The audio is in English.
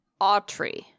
Autry